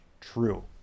true